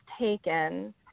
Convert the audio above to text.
taken